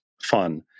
fun